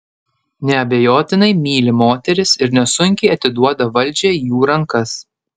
neabejotinai myli moteris ir nesunkiai atiduoda valdžią į jų rankas